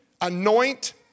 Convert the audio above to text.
anoint